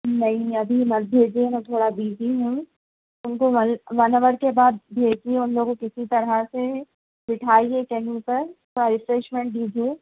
نہیں ابھی مت بھیجیے میں تھوڑا بیزی ہوں ان کو ون آور کے بعد بھیجیے ان لوگوں کو کسی طرح سے بیٹھائیے کہیں پر تھوڑا ریفریشمنٹ دیجیے